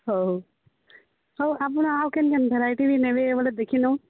ହଉ ହଉ ଆପଣ ଆଉ କେନ୍ କେନ୍ ଭେରାଇଟି ବି ନେବେ ଏ ବୋଲେ ଦେଖି ନଉନ